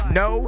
no